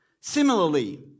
Similarly